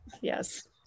Yes